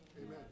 Amen